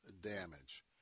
damage